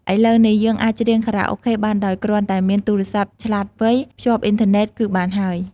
ឥឡូវនេះយើងអាចច្រៀងខារ៉ាអូខេបានដោយគ្រាន់តែមានទូរទស្សន៍ឆ្លាតវៃ ភ្ជាប់អ៊ីនធឺណិតគឺបានហើយ។